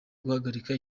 guhagarika